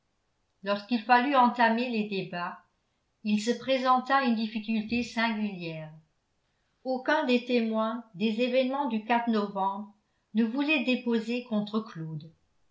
lorsqu'il fallut entamer les débats il se présenta une difficulté singulière aucun des témoins des événements du novembre ne voulait déposer contre claude